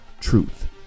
truth